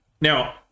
Now